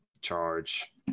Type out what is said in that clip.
Charge